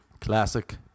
Classic